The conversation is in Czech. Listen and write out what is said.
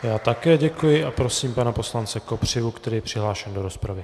Já také děkuji a prosím pana poslance Kopřivu, který je přihlášen do rozpravy.